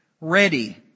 ready